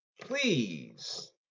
please